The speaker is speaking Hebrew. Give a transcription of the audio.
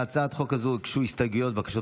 להצעת החוק הזו הוגשו הסתייגויות ובקשות